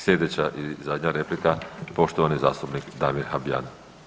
Sljedeća i zadnja replika poštovani zastupnik Damir Habijan.